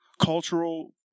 cultural